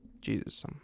Jesus